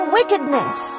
wickedness